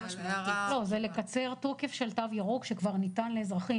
זה לקצר תוקף של תו ירוק שכבר ניתן לאזרחים,